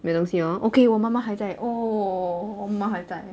没东西哦 okay 我妈妈还在 oh 我妈还在